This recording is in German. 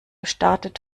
startet